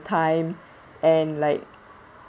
time and like